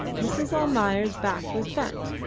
mrs. almayer's back was bent,